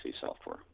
software